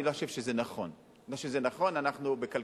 אני לא חושב שזה נכון.